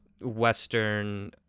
Western